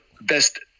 best